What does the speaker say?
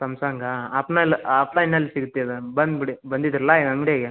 ಸಂಸಂಗಾ ಆಪ್ಮೇಲೆ ಆಫ್ಲೈನಲ್ಲಿ ಸಿಗುತ್ತೆ ಅದು ಬಂದ್ಬಿಡಿ ಬಂದಿದ್ದೀರಲ್ಲ ಅಂಗಡಿಗೆ